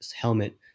helmet